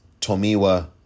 Tomiwa